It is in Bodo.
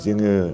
जोङो